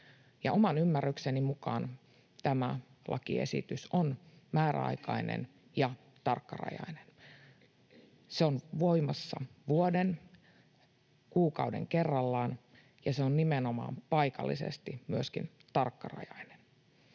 oman ymmärrykseni mukaan tämä lakiesitys on määräaikainen ja tarkkarajainen. Se on voimassa vuoden, kuukauden kerrallaan, ja se on nimenomaan myöskin paikallisesti tarkkarajainen.